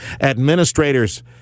administrators